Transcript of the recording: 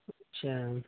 اچھا